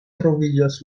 troviĝas